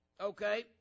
okay